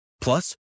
Plus